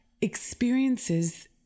experiences